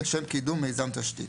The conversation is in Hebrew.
לשם קידום מיזם תשתית,